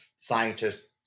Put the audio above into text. scientists